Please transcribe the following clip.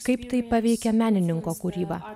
kaip tai paveikia menininko kūrybą